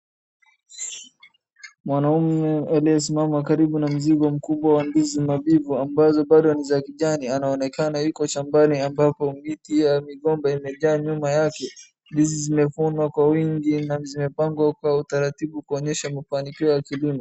Mwanaume aliyesimama karibu na mzigo mkubwa wa ndizi mabibu ambazo bado ni za kijani anaonekana yuko shambani ambapo miti ya migomba imejaa nyuma yake. Ndizi zimevunwa kwa wingi na zimepangwa kwa utaratibu kuonyesha mafanikio ya kilimo.